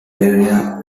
area